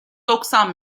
doksan